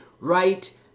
right